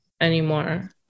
anymore